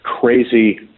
crazy